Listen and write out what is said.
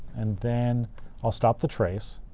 and then i'll stop the trace.